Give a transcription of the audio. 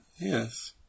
Yes